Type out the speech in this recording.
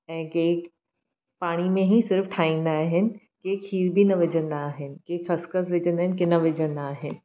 ऐं केर पाणी में ई सिर्फ़ु ठाहींदा आहिनि कंहिं खीरु बि न विझंदा आहिनि कंहिं खसिखसि विझंदा आहिनि कंहिं न विझंदा आहिनि